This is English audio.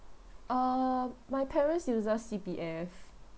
err my parents uses C_P_F